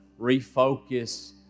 refocus